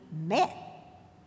met